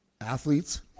athletes